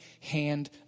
hand